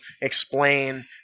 explain